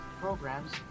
programs